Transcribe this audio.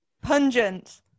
Pungent